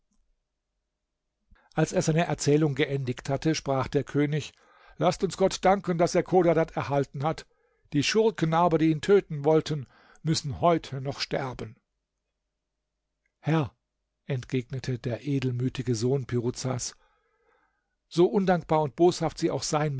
als er seine erzählung geendigt hatte sprach der könig laßt uns gott danken daß er chodadad erhalten hat die schurken aber die ihn töten wollten müssen heute noch sterben herr entgegnete der edelmütige sohn piruzas so undankbar und boshaft sie auch sein